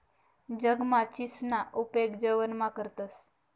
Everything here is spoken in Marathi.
जगमा चीचसना उपेग जेवणमा करतंस